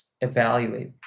evaluate